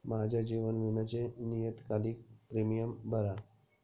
माझ्या जीवन विम्याचे नियतकालिक प्रीमियम भरा